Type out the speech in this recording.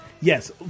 yes